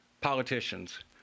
politicians